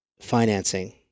financing